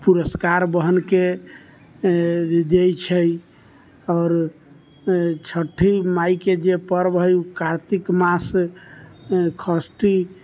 पुरस्कार बहिनके दैछै आओर छठि मायके जे पर्व है ओ कार्तिक मास षष्ठी